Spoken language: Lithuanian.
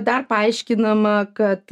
dar paaiškinama kad